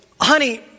honey